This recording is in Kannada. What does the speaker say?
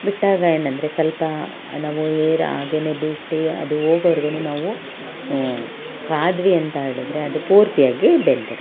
ಬಿಟ್ಟಾಗ ಏನಂದರೆ ಸ್ವಲ್ಪ ನಾವು ಏರ್ ಹಾಗೆಯೇ ಬಿಟ್ಟು ಅದು ಹೋಗೋವರೆಗು ನಾವು ಕಾದ್ವಿ ಅಂತ ಹೇಳಿದ್ರೆ ಅದು ಪೂರ್ತಿಯಾಗಿ ಬೆಂದಿರುತ್ತೆ